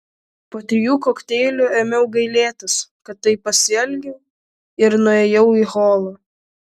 po trijų kokteilių ėmiau gailėtis kad taip pasielgiau ir nuėjau į holą